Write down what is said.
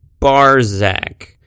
Barzak